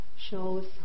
shows